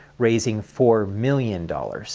raising four million dollars